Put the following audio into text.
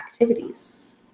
activities